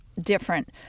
different